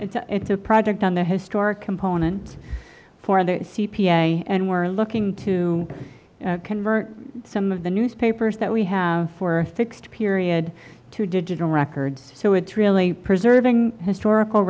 it's a project on the historic component for the c p a and we're looking to convert some of the newspapers that we have for a fixed period to digital records so it's really preserving historical